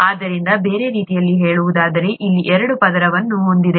ಆದ್ದರಿಂದ ಬೇರೆ ರೀತಿಯಲ್ಲಿ ಹೇಳುವುದಾದರೆ ಇಲ್ಲಿ ಎರಡು ಪದರವನ್ನು ಹೊಂದಿದೆ